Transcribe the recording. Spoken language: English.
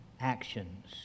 actions